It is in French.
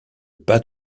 pas